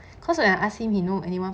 cause when I asked him you know anyone